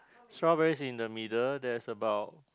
strawberries in the middle there's about